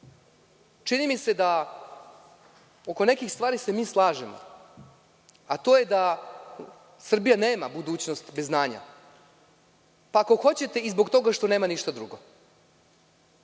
čini mi se da se oko nekih stvari mi slažemo, a to je da Srbija nema budućnost bez znanja, pa ako hoćete i zbog toga što nema ništa drugo.